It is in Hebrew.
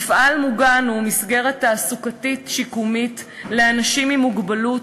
מפעל מוגן הוא מסגרת תעסוקתית שיקומית לאנשים עם מוגבלות,